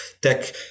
tech